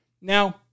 Now